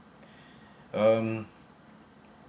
um